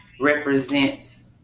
represents